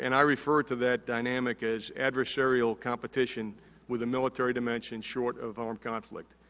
and i refer to that dynamic as adversarial competition with a military dimension short of armed conflict.